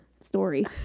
story